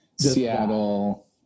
Seattle